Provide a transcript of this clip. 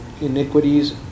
iniquities